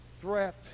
threat